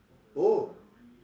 oh